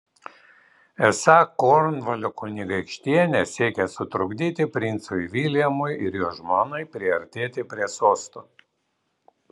esą kornvalio kunigaikštienė siekia sutrukdyti princui viljamui ir jo žmonai priartėti prie sosto